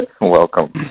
Welcome